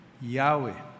Yahweh